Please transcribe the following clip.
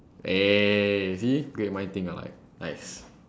eh see great mind think alike nice